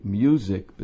music